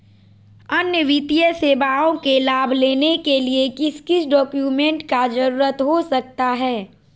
अन्य वित्तीय सेवाओं के लाभ लेने के लिए किस किस डॉक्यूमेंट का जरूरत हो सकता है?